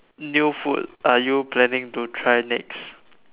new food are you planning to try next